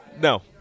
No